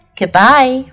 goodbye